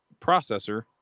processor